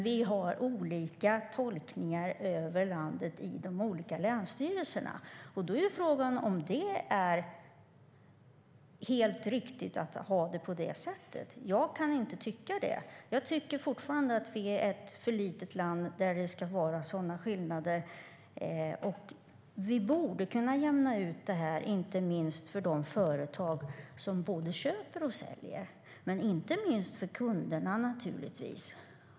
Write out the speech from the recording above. Vi har olika tolkningar hos landets olika länsstyrelser. Frågan är om det är helt riktigt att ha det på det sättet. Jag kan inte tycka det. Jag tycker fortfarande att vi är ett alltför litet land för att det ska finnas sådana skillnader. Vi borde kunna jämna ut dem, inte minst för de företag som både köper och säljer och också för kunderna.